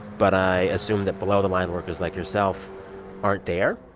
but i assume that below-the-line workers like yourself aren't there